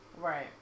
Right